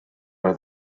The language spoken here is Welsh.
oedd